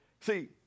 See